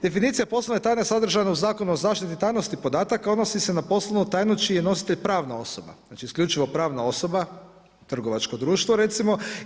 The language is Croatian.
Definicija poslovne tajne sadržaja u Zakonu o zaštiti tajnosti podataka odnosi se na poslovnu tajnu čiji je nositelj pravna osoba, znači isključivo pravna osoba, trgovačko društvo recimo.